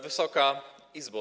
Wysoka Izbo!